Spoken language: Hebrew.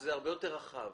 זה הרבה יותר רחב.